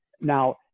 now